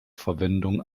verwendung